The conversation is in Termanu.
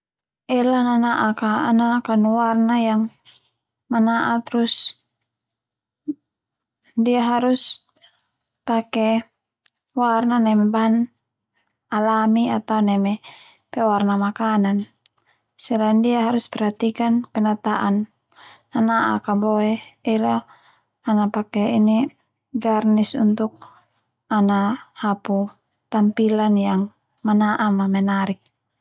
Ela nana'ak a kanu warna yang mana'a terus ndia harus pake warna neme bahan alami atau pewarna makanan, selain ndia harus perhatikan penataan nana'ak a boe ela ana pake garnis untuk ana hapu tampilan yang mana'a no menarik.